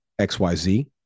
XYZ